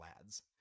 Lads